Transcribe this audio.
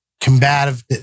combative